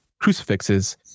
crucifixes